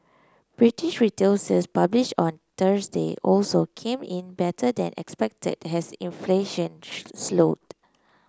British retail sales published on Thursday also came in better than expected as inflation slowed